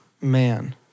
Man